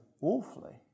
awfully